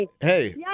Hey